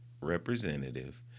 Representative